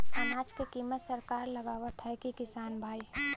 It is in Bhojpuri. अनाज क कीमत सरकार लगावत हैं कि किसान भाई?